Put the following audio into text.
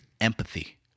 empathy